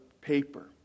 paper